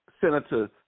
Senator